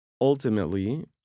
ultimately